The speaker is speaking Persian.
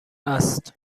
است